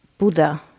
Buddha